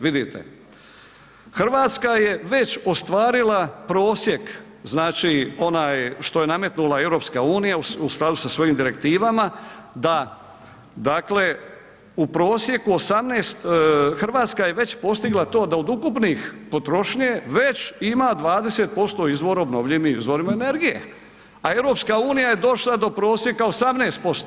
Vidite, Hrvatska je već ostvarila prosjek, znači onaj što je nametnula EU u skladu sa svojim direktivama da, dakle u prosjeku 18, Hrvatska je već postigla to da od ukupnih potrošnje već ima 20% izvora obnovljivim izvorima energije, a EU je došla do prosjeka 18%